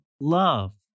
love